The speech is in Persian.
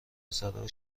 پسرها